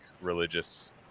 religious